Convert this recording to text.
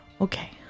okay